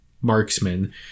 marksman